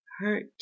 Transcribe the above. hurt